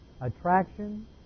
attraction